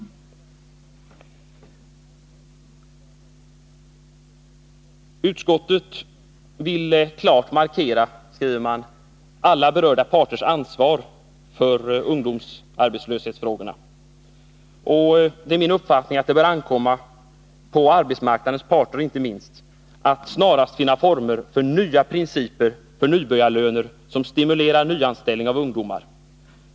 Utskottet vill klart markera, skriver man, alla berörda parters ansvar för ungdomsarbetslöshetsfrågorna. Och det är min uppfatt ning att det bör ankomma inte minst på arbetsmarknadens parter att snarast finna former för nya principer för nybörjarlöner som stimulerar nyanställning av ungdomar.